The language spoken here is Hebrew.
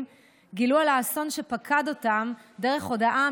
גילו על האסון שפקד אותם דרך הודעה,